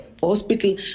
hospital